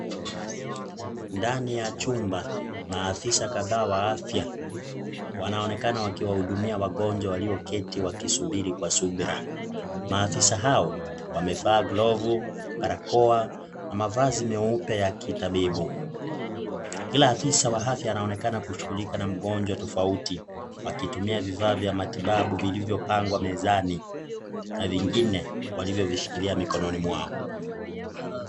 Ndani ya chumba maafisa kadhaa wa afya wanaonekana wakiwahudumia wagonjwa walioketi wakisubiri kwa subira. Maafisa hao wamevaa glovu, barakoa na mavazi meupe ya kitabibu. Kila afisa wa afya anaonekana kushughulika na ngonjwa tofauti, wakitumia vifaa vya matibabu vilivyopangwa mezani na vingine walivyovishikilia mikononi mwao.